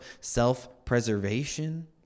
self-preservation